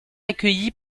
accueilli